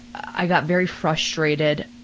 i got very frustrated,